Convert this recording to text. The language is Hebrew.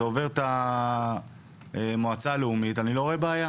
זה עובר את המועצה הלאומית, אני לא רואה בעיה.